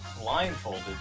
Blindfolded